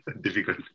difficult